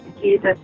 Jesus